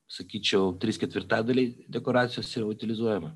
sakyčiau trys ketvirtadaliai dekoracijos yra utilizuojama